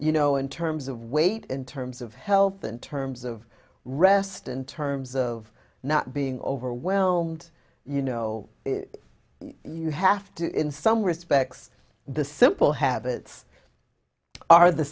you know in terms of weight in terms of health in terms of rest in terms of not being overwhelmed you know you have to in some respects the simple habits are the